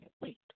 wait